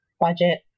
budget